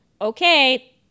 okay